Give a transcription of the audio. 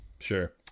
Sure